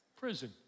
prison